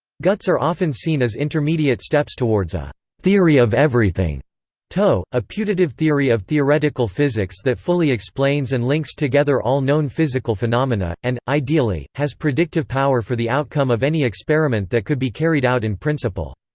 guts are often seen as intermediate steps towards a theory of everything toe, a putative theory of theoretical physics that fully explains and links together all known physical phenomena, and, ideally, has predictive power for the outcome of any experiment that could be carried out in principle.